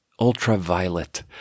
Ultraviolet